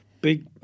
Big